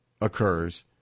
occurs